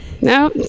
No